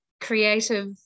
creative